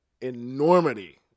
enormity